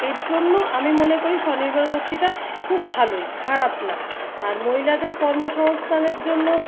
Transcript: এর জন্য আমি মনে করি স্বনির্ভর গোষ্ঠীটা খুব ভালোই খারাপ না আর মহিলাদের কর্মসংস্থানের জন্য